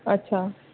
अच्छा